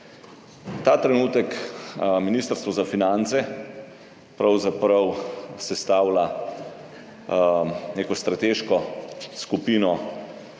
Ta trenutek Ministrstvo za finance pravzaprav sestavlja neko strateško skupino